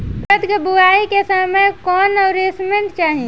उरद के बुआई के समय कौन नौरिश्मेंट चाही?